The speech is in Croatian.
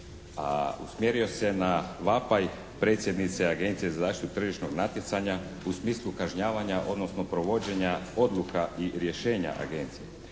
usmjerio se na vapaj predsjednice Agencije za zaštitu tržišnog natjecanja u smislu kažnjavanja, odnosno provođenja odluka i rješenja agencije.